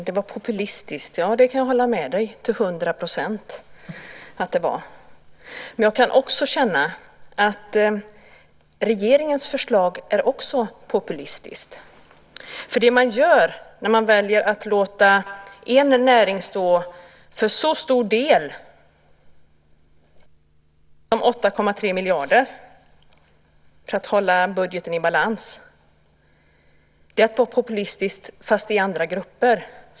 Fru talman! Jag kan till hundra procent hålla med om att det var populistiskt. Regeringens förslag är också populistiskt. Det man gör när man låter en näring stå för så stor del som 8,3 miljarder för att hålla budgeten i balans är att vara populistisk fast i andra grupper.